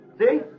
See